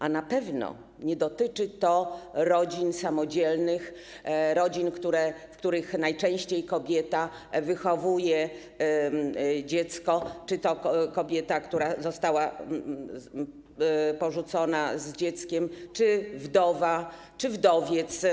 A na pewno nie dotyczy to rodzin samodzielnych, tzn. rodzin, w których najczęściej kobieta wychowuje dziecko, czy to kobieta, która została porzucona z dzieckiem, czy wdowa, czy wdowiec.